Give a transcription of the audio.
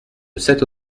cette